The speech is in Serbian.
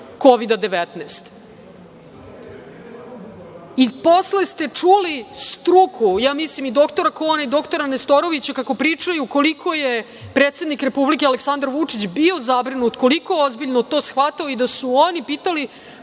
Kovida - 19. I posle ste čuli struku, i dr Kona i dr Nestorovića kako pričaju koliko je predsednik Republike Aleksandar Vučić bio zabrinut, koliko je ozbiljno to shvatao i da su oni pitali